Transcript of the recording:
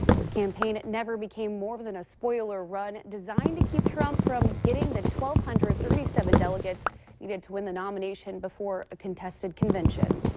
his campaign never became more than a spoiler run, designed to keep trump from getting the twelve hundred thirty seven delegates needed to win the nomination before a contested convention.